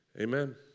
Amen